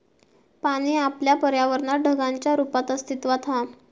पाणी आपल्या पर्यावरणात ढगांच्या रुपात अस्तित्त्वात हा